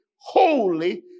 holy